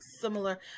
similar